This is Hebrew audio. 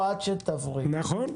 נכון.